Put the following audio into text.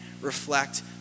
reflect